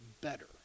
better